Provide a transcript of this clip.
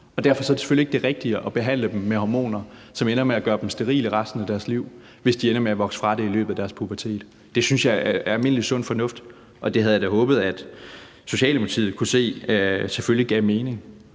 Derfor er det selvfølgelig ikke det rigtige at behandle dem med hormoner, som ender med at gøre dem sterile resten af deres liv, hvis de ender med at vokse fra det i løbet af deres pubertet. Det synes jeg er almindelig sund fornuft, og det havde jeg da håbet at Socialdemokratiet kunne se selvfølgelig gav mening.